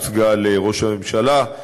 הוצגה לראש הממשלה,